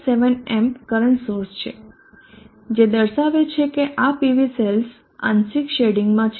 7 amp current source છે જે દર્શાવે છે કે આ PV સેલ્સ આંશિક શેડિંગમાં છે